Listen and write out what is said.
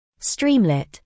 Streamlit